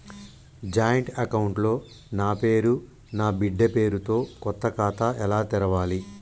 Joint account లో నా పేరు నా బిడ్డే పేరు తో కొత్త ఖాతా ఎలా తెరవాలి?